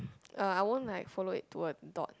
uh I won't like follow it to a thought